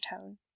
tone